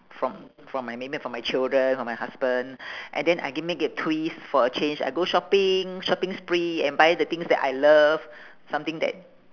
from from my maybe from my children from my husband and then I give maybe a twist for a change I go shopping shopping spree and buy the things that I love something that